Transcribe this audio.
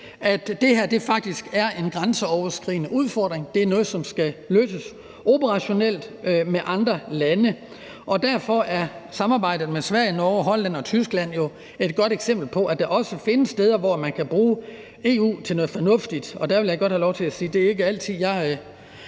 at det her faktisk er en grænseoverskridende udfordring. Det er noget, som skal løses operationelt med andre lande, og derfor er samarbejdet med Sverige, Norge, Holland og Tyskland jo et godt eksempel på, at der også findes steder, hvor man kan bruge EU til noget fornuftigt. Der vil jeg godt have lov til at sige: Det er ikke altid, jeg